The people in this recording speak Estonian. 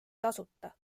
tasuta